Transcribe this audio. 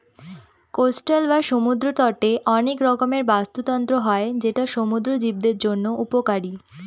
coastal বা সমুদ্র তটে অনেক রকমের বাস্তুতন্ত্র হয় যেটা সমুদ্র জীবদের জন্য উপকারী